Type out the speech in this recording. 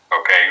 Okay